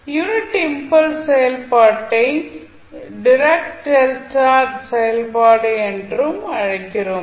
unit impulse செயல்பாட்டை Dirac delta செயல்பாடு என்றும் அழைக்கிறோம்